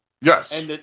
Yes